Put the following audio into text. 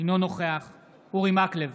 אינו נוכח אורי מקלב,